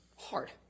hard